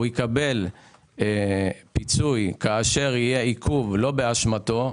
הלקוח יקבל פיצוי כאשר יהיה עיכוב שלא באשמתו.